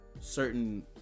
certain